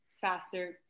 faster